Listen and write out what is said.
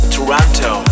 Toronto